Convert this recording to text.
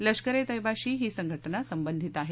लष्कर ऐ तय्यबाशी ही संघटना संबंधित आहे